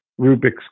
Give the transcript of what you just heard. Rubik's